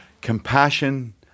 compassion